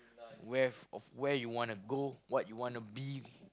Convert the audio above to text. where of where you wanna go what you wanna be